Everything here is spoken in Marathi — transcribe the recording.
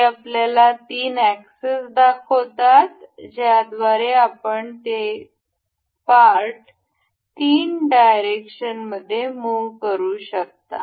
हे आपल्याला तीन एक्सेस दाखवतात ज्याद्वारे आपण हे पार्ट तीन डायरेक्शन मध्ये मुह करू शकतो